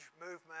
movement